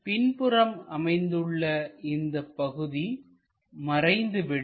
பின்புறம் அமைந்துள்ள இந்தப் பகுதி மறைந்து விடும்